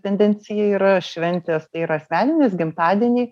tendencija yra šventės tai yra asmeninės gimtadieniai